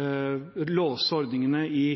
ordningene i